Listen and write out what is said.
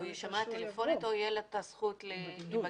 הוא יישמע טלפונית או תהיה לו הזכות להיפגש?